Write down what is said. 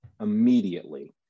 immediately